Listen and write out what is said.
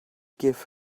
give